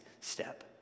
step